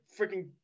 freaking